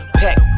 pack